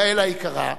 יעל היקרה,